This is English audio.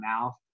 mouth